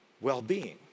well-being